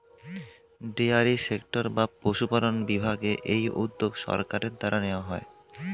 dairy sector বা পশুপালন বিভাগে এই উদ্যোগ সরকারের দ্বারা নেওয়া হয়